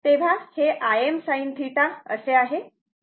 तेव्हा हे Im sinθ असे आहे